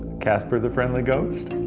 casper the friendly ghost?